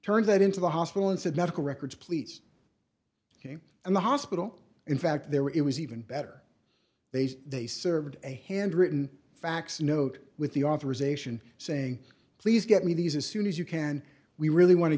turned that into the hospital and said medical records please ok and the hospital in fact there it was even better they say they served a handwritten fax note with the authorization saying please get me these as soon as you can we really want to